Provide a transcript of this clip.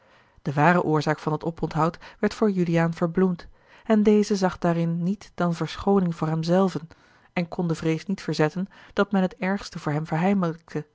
de ware oorzaak van dat oponthoud werd voor juliaan verbloemd en deze zag daarin niet dan verschooning voor hem zelven en kon de vrees niet verzetten dat men het ergste voor hem